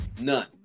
None